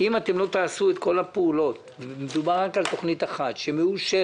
אם לא תעשו את כל הפעולות ומדובר רק על תוכנית אחת שמאושרת,